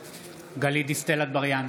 (קורא בשמות חברי הכנסת) גלית דיסטל אטבריאן,